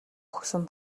өгсөн